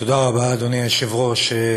תודה רבה, אדוני היושב-ראש.